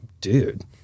dude